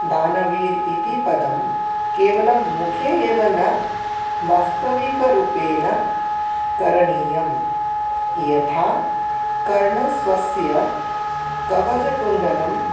दानवीरः इति पदं केवलं मुखे एव न वास्तविकरूपेण करणीयं यथा कर्णः स्वस्य कवचकुण्डलं